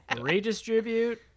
redistribute